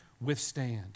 withstand